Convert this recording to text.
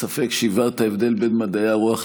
במשפטים אשר ללא קיומו של הקמפוס החרדי בקריה האקדמית